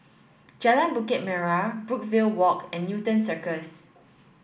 Jalan Bukit Merah Brookvale Walk and Newton Circus